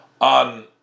On